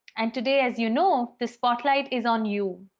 and today, as you know, the spotlight is on you.